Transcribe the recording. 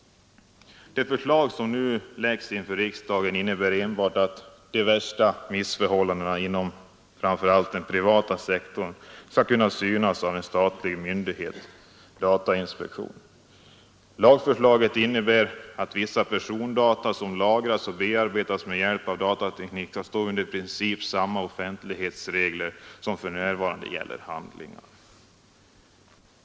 Det förslag som nu lagts inför riksdagen innebär enbart att de värsta missförhållandena inom framför allt den privata sektorn skall kunna synas av en statlig myndighet, datainspektionen. Lagförslaget innebär att vissa persondata som lagras och bearbetas med hjälp av datateknik skall stå under i princip samma offentlighetsregler som för närvarande gäller om handlingar.